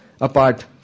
apart